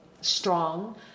strong